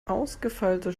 ausgefeilte